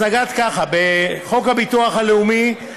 אז נגעת ככה: בחוק הביטוח הלאומי,